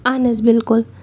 اہَن حظ بالکل